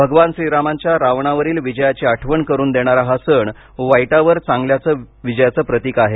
भगवान श्रीरामाच्या रावणावरील विजयाची आठवण करून देणारा हा सण वाईटावर चांगल्याच्या विजयाचं प्रतिक आहे